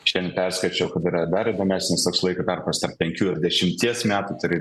šiandien perskaičiau kad yra dar įdomesnis toks laiko tarpas tarp penkių ar dešimties metų turi